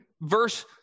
verse